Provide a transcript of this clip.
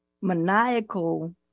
maniacal